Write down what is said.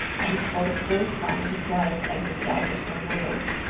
i was for the first time surprised at the sight of some whales,